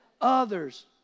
others